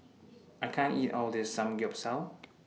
I can't eat All of This Samgeyopsal